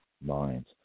minds